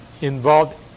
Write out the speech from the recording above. involved